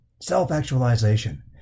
Self-actualization